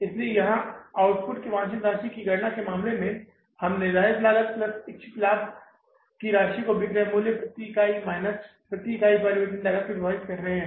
इसलिए यहां आउटपुट की वांछित राशि की गणना के मामले में हम निश्चित लागत प्लस इक्छित लाभ की राशि को विक्रयमूल्य प्रति इकाई माइनस प्रति इकाई परिवर्तनीय लागत से विभाजित कर रहे हैं